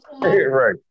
Right